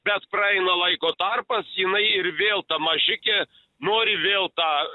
bet praeina laiko tarpas jinai ir vėl ta mažikė nori vėl tą